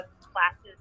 classes